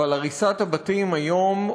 אבל הריסת הבתים היום,